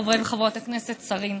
חברי וחברות הכנסת, שרים,